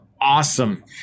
awesome